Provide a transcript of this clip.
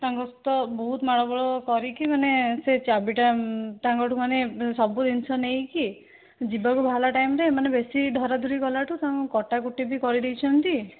ତାଙ୍କ ସହିତ ବହୁତ ମାଡ଼ଗୋଳ କରିକି ମାନେ ସେ ଚାବିଟା ତାଙ୍କଠୁ ମାନେ ସବୁ ଜିନିଷ ନେଇକି ଯିବାକୁ ବାହାରିଲା ଟାଇମ୍ରେ ଏମାନେ ବେଶି ଧରାଧରି କଲାଠୁ ତାଙ୍କୁ କଟାକୁଟି ବି କରିଦେଇଛନ୍ତି